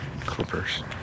clippers